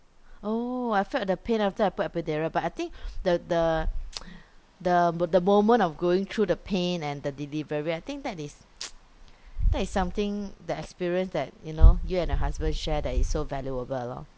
oh I felt the pain after I put epidural but I think the the the the moment of going through the pain and the delivery I think that is that is something the experience that you know you and your husband share that is so valuable lor